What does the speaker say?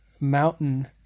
mountain